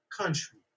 country